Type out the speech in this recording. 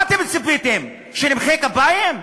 מה ציפיתם, שנמחא כפיים?